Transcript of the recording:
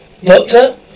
Doctor